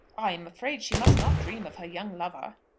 i am afraid she must not dream of her young lover.